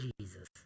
Jesus